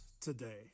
today